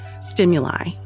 stimuli